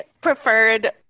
preferred